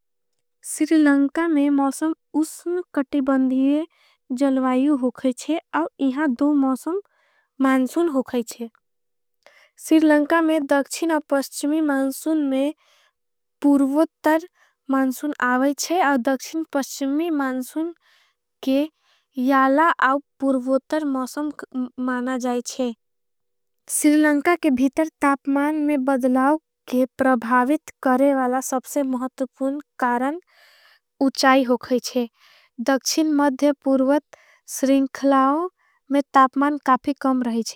सिरिलंका में मौसम उसन कटी बंधिये जलवायू। होगाईछे और इहां दो मौसम मानसुन होगाईछे। सिरिलंका में दक्षिन और पस्चिमी मानसुन में पूर्वत्तर। मानसुन आवाईछे सिरिलंका के भीतर तापमान में। बदलाव के प्रभावित करेवाला सबसे महतुपुन। कारण उचाई होगाईछे दक्षिन मद्धे पूर्वत। स्रिंखलाओं में तापमान काफी कम रही छे।